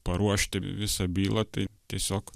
paruošti visą bylą taip tiesiog